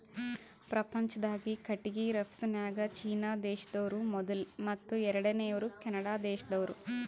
ಪ್ರಪಂಚ್ದಾಗೆ ಕಟ್ಟಿಗಿ ರಫ್ತುನ್ಯಾಗ್ ಚೀನಾ ದೇಶ್ದವ್ರು ಮೊದುಲ್ ಮತ್ತ್ ಎರಡನೇವ್ರು ಕೆನಡಾ ದೇಶ್ದವ್ರು